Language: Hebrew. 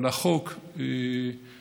אבל החוק מצריך,